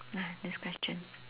nah this question